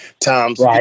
times